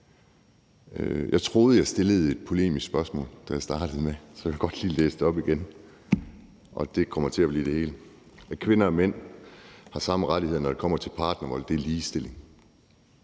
Jeg troede, jeg stillede et polemisk spørgsmål i starten, som jeg godt lige vil læse op igen, og det kommer til at blive det hele: At kvinder og mænd har samme rettigheder, når det kommer til partnervold, er ligestilling.